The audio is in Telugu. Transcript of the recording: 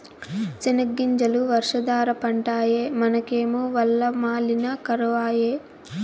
సెనగ్గింజలు వర్షాధార పంటాయె మనకేమో వల్ల మాలిన కరవాయె